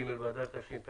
ג' באדר תשפ"א,